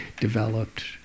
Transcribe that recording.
developed